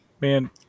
man